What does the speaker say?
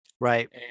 Right